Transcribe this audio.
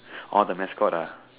oh the mascot ah